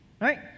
right